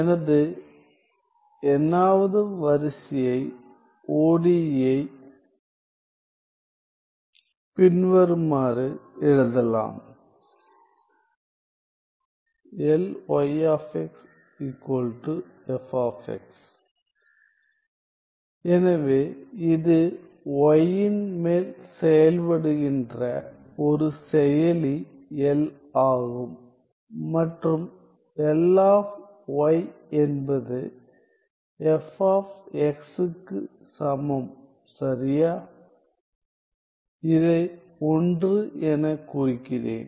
எனது n வது வரிசையை ODE ஐ பின்வருமாறு எழுதலாம் எனவே இது yன் மேல் செயல்படுகின்ற ஒரு செயலி L ஆகும் மற்றும் L ஆப் y என்பது f ஆப் x க்குச் சமம் சரியா இதை 1 எனக் குறிக்கிறேன்